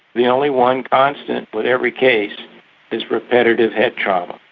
the only one constant with every case is repetitive head trauma.